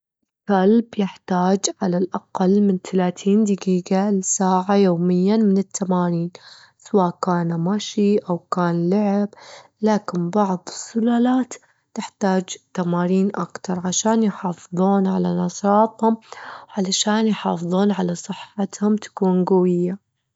الكلب يحتاج على الأقل من تلاتين دجيجة لساعة يوميًا من التمارين، سوا كان ماشي، أو أو كان لعب، لكن بعض السلالات تحتاج تمارين اكتر عشان يحافظون على نشاطهم، علشان يحافظون على صحتهم تكون جوية.